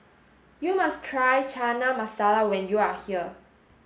you must try Chana Masala when you are here